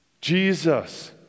Jesus